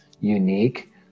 unique